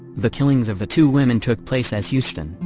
the killings of the two women took place as houston,